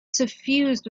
suffused